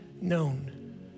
known